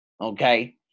okay